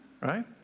right